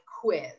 quiz